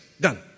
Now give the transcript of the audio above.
Done